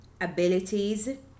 abilities